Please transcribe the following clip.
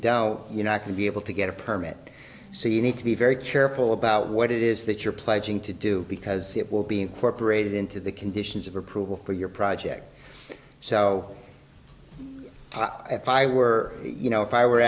don't you not to be able to get a permit so you need to be very careful about what it is that you're pledging to do because it will be incorporated into the conditions of approval for your project so i file we're you know if i were